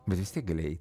bet vis tiek gali eit